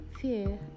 fear